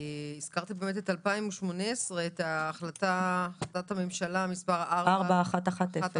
הזכרתן באמת את החלטת הממשלה מספר 4110